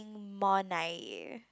um more nine year